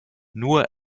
nur